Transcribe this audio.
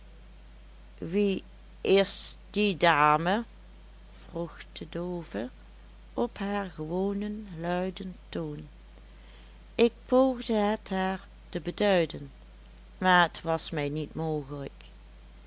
wie is die dame vroeg de doove op haar gewonen luiden toon ik poogde het haar te beduiden maar het was mij niet mogelijk